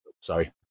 Sorry